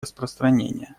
распространения